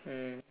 mm